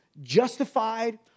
justified